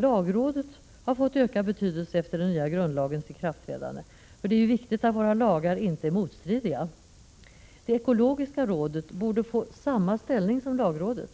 Lagrådet har fått ökad betydelse efter den nya grundlagens ikraftträdande. Det är viktigt att våra lagar inte är motstridiga. Det ekologiska rådet borde få samma ställning som lagrådet.